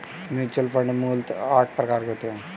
mutual fund मूलतः आठ प्रकार के होते हैं